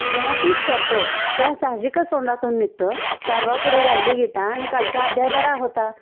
जेव्हा तीच करतो तेव्हा साहजिक तोंडातून निघतं गाढवापुढे गायली गीता आणि कालचा अध्याय बरा होता